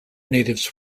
natives